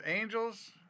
angels